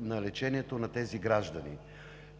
на лечение на тези граждани.